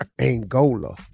Angola